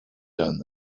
done